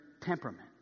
temperament